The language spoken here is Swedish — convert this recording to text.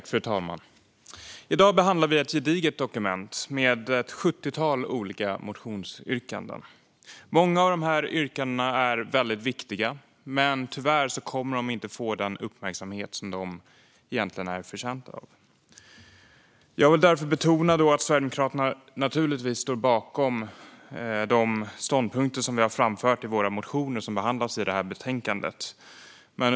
Fru talman! I dag behandlar vi ett gediget dokument, med ett sjuttiotal olika motionsyrkanden. Många av dessa yrkanden är mycket viktiga men kommer tyvärr inte att få den uppmärksamhet de egentligen förtjänar. Jag vill därför betona att Sverigedemokraterna naturligtvis står bakom de ståndpunkter som framförts i våra motioner och som behandlas i betänkandet.